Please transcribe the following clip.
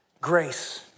grace